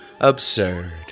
absurd